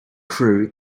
crew